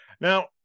Now